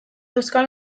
euskal